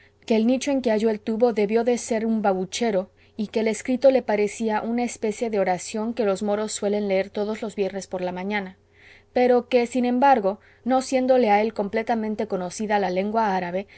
que el nicho en que halló el tubo debió de ser un babuchero y que el escrito le parecía una especie de oración que los moros suelen leer todos los viernes por la mañana pero que sin embargo no siéndole a él completamente conocida la lengua árabe